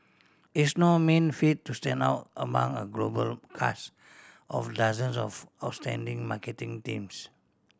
it's no mean feat to stand out among a global cast of dozens of outstanding marketing teams